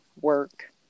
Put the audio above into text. work